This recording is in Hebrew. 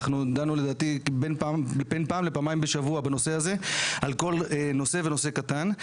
אנחנו דנו לדעתי בין פעם לפעמיים בשבוע בנושא הזה על כל נושא ונושא קטן.